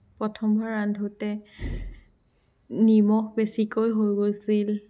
প্ৰথমবাৰ ৰান্ধোতে নিমখ বেছিকৈ হৈ গৈছিল